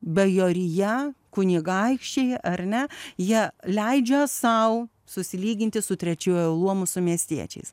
bajorija kunigaikščiai ar ne jie leidžia sau susilyginti su trečiuoju luomu su miestiečiais